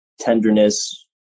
tenderness